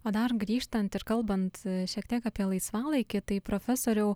o dar grįžtant ir kalbant šiek tiek apie laisvalaikį tai profesoriau